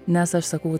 nes aš sakau